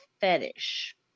fetish